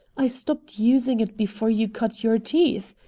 i stopped using it before you cut your teeth.